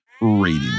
rating